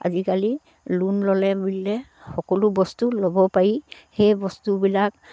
আজিকালি লোন ল'লে বুলিলে সকলো বস্তু ল'ব পাৰি সেই বস্তুবিলাক